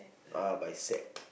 ah bicep